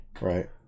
Right